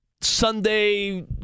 Sunday